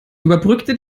überbrückte